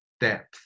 depth